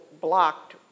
blocked